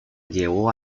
llevó